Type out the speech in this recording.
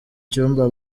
cyumba